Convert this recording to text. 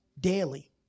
daily